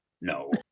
No